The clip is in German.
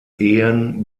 ehen